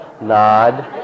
nod